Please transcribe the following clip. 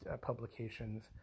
publications